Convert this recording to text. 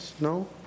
No